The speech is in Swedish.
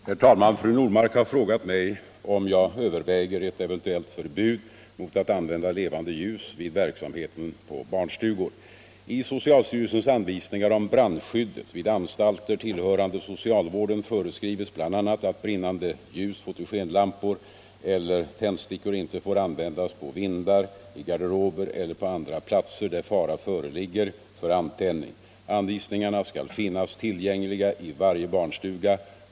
Herr talman! Fru Normark har frågat mig om jag överväger ett eventuellt förbud mot att använda levande ljus vid verksamheten på barnstugor. I socialstyrelsens anvisningar om brandskyddet vid anstalter tillhörande socialvården föreskrives bl.a. att brinnande ljus, fotogenlampor eller tändstickor inte får användas på vindar, i garderober eller på andra platser, där fara föreligger för antändning. Anvisningarna skall finnas tillgängliga i varje barnstuga.